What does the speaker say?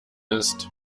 ist